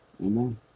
Amen